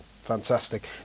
fantastic